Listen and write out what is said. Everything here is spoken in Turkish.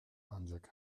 ancak